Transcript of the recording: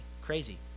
Crazy